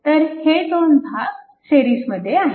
तर हे दोन भाग सिरीजमध्ये आहेत